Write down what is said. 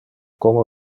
como